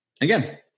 Again